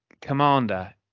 commander